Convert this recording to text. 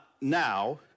now